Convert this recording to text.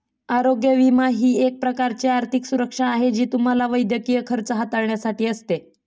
आरोग्य विमा ही एक प्रकारची आर्थिक सुरक्षा आहे जी तुम्हाला वैद्यकीय खर्च हाताळण्यासाठी असते